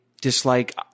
dislike